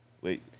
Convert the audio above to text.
Wait